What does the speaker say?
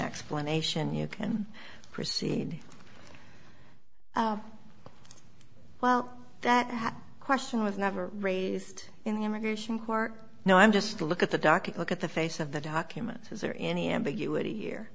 explanation you can proceed well that question was never raised in the immigration court now i'm just look at the docket look at the face of the documents is there any ambiguity here